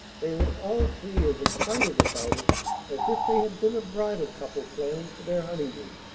they were all three as excited about it as if they had been a bridal couple planning for their honeymoon.